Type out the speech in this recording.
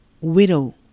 widow